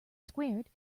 squared